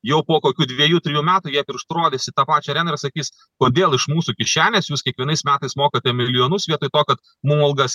jau po kokių dviejų trijų metų jie pirštu rodys į tą pačią areną ir sakys kodėl iš mūsų kišenės jūs kiekvienais metais mokate milijonus vietoj to kad mum algas